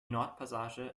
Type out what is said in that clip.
nordpassage